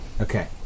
Okay